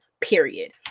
period